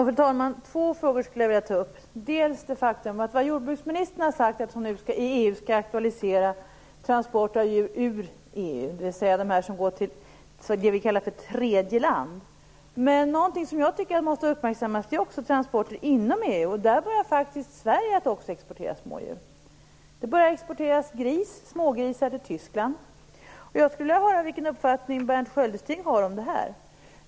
Fru talman! Jag skulle vilja ta upp två frågor. Jordbruksministern har sagt att hon nu i EU skall aktualisera transporter av djur ur EU, dvs. de som går till det vi kallar tredje land. Men något jag tycker måste uppmärksammas är transporter också inom EU. Faktiskt börjar nu även Sverige att exportera smådjur - vi har börjat exportera smågrisar till Tyskland. Jag skulle vilja höra vilken uppfattning Berndt Sköldestig har om det här.